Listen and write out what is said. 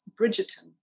Bridgerton